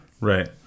right